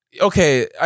Okay